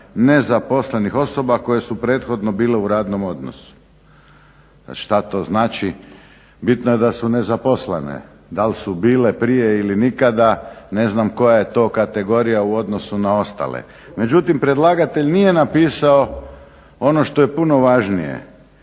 nezaposlenih osoba koje su prethodno bile u radnom odnosu. Što to znači? Bitno je da su nezaposlene. Da li su bile prije ili nikada ne znam koja je to kategorija u odnosu na ostale. Međutim, predlagatelj nije napisao ono što je puno važnije,